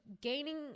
gaining